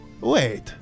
wait